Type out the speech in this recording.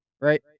right